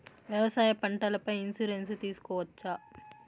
వ్యవసాయ పంటల పై ఇన్సూరెన్సు తీసుకోవచ్చా?